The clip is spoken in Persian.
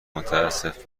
متاسف